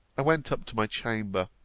i went up to my chamber,